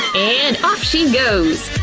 and off she goes!